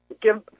give